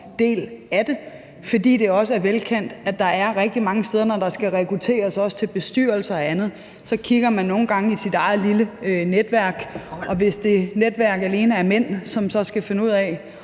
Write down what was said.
del af det, fordi det også er velkendt, at man rigtig mange steder, når der skal rekrutteres, også til bestyrelser og andet, kigger i sit eget lille netværk, og hvis det netværk alene er mænd, som så skal finde ud af